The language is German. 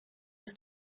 des